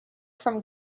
from